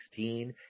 2016